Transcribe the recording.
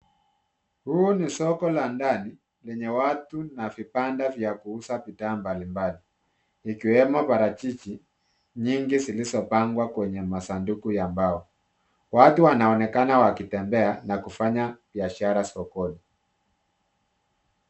Huu ni soko la ndani lenye watu na vibanda vya kuuza bidhaa mbalimbali , ikiwemo parachichi nyingi zilizo pangwa kwenye masanduku ya mbao. Watu wanaonekana wakitembea na kufanya biashara sokoni.